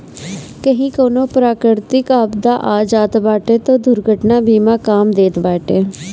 कही कवनो प्राकृतिक आपदा आ जात बाटे तअ दुर्घटना बीमा काम देत बाटे